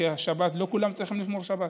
כי לא כולם צריכים לשמור שבת,